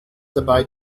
dabei